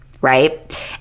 right